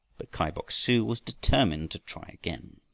but kai bok-su was determined to try again.